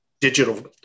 digital